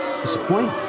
Disappointing